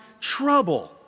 trouble